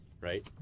right